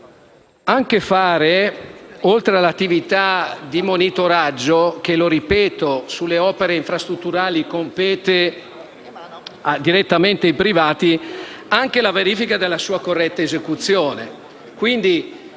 anche effettuare, oltre all'attività di monitoraggio, che - lo ripeto - sulle opere infrastrutturali compete direttamente ai privati, anche la verifica della sua corretta esecuzione.